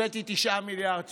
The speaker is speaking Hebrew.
הבאתי 9 מיליארד שקל.